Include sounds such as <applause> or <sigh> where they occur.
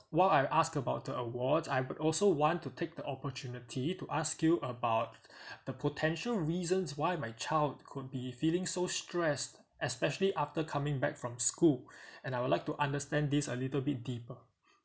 while I ask about the awards I would also want to take the opportunity to ask you about <breath> the potential reasons why my child could be feeling so stress especially after coming back from school and I would like to understand this a little bit deeper